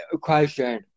Question